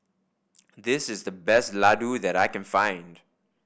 this is the best laddu that I can find